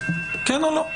כן או לא?